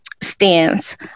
stance